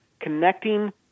connecting